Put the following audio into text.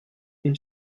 une